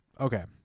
Okay